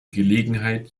gelegenheit